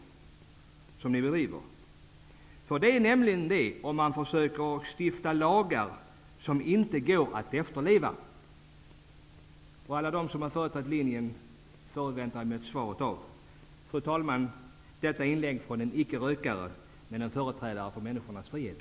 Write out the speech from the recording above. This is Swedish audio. Så är det nämligen, om man försöker stifta lagar som det inte går att efterleva. Jag förväntar mig svar från alla som har företrätt nämnda linje. Fru talman! Detta är ett inlägg från en icke-rökare, men en företrädare för människornas frihet!